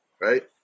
right